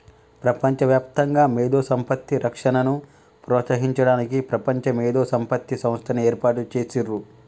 ప్రపంచవ్యాప్తంగా మేధో సంపత్తి రక్షణను ప్రోత్సహించడానికి ప్రపంచ మేధో సంపత్తి సంస్థని ఏర్పాటు చేసిర్రు